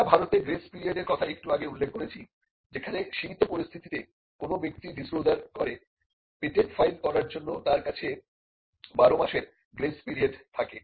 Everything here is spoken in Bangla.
আমরা ভারতে গ্রেস পিরিয়ডের কথা একটু আগে উল্লেখ করেছি যেখানে সীমিত পরিস্থিতিতে কোন ব্যক্তি ডিসক্লোজার করে পেটেন্ট ফাইল করার জন্য তার কাছে 12 মাসের গ্রেস পিরিয়ড থাকে